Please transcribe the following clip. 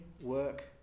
work